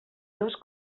dos